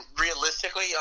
realistically